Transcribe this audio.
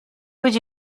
would